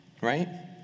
Right